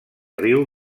riu